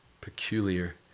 peculiar